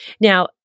Now